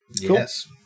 Yes